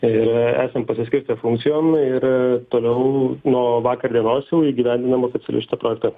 ir esam pasiskirstę funkcijom ir toliau nuo vakar dienos jau įgyvendinam oficialiai šitą projektą